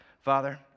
Father